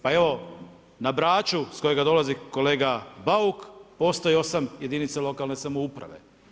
Pa evo, na Braču s kojega dolazi kolega Bauka postoji 8 jedinica lokalne samouprave.